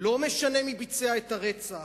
לא משנה מי ביצע את הרצח,